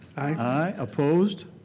aye. opposed?